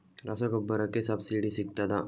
ರಸಗೊಬ್ಬರಕ್ಕೆ ಸಬ್ಸಿಡಿ ಸಿಗ್ತದಾ?